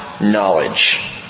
knowledge